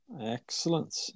Excellent